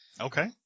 Okay